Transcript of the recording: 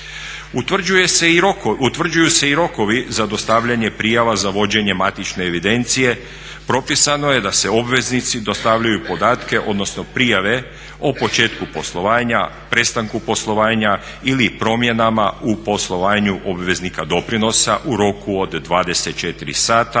Utvrđuju se i rokovi za dostavljanje prijava za vođenje matične evidencije. Propisano je da obveznici dostavljaju podatke, odnosno prijave o početku poslovanja, prestanku poslovanja ili promjenama u poslovanju obveznika doprinosa u roku od 24 sata